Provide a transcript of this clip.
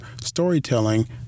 storytelling